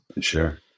Sure